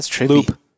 loop